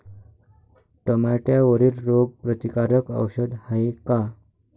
टमाट्यावरील रोग प्रतीकारक औषध हाये का?